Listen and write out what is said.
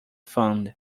fund